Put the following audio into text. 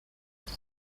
olas